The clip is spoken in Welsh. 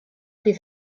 bydd